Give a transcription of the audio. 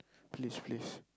please please